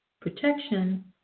protection